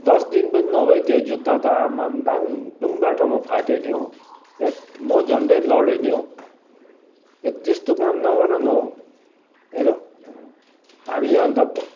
दस दिन पनि नभई त्यो जुत्ता त आम्माम डाङडुङ बाटामा फाट्यो नि हो हैट म झन्डै लडेँ नि हो हैट त्यस्तो काम नगर न हो हेर हामीले अन्त